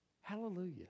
Hallelujah